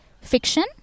fiction